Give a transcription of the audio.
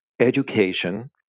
education